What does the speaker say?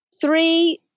three